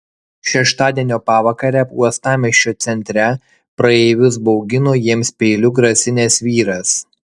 šeštadienio pavakarę uostamiesčio centre praeivius baugino jiems peiliu grasinęs vyras